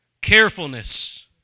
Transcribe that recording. Carefulness